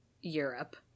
Europe